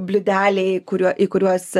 bliūdeliai kuriuo į kuriuos